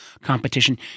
competition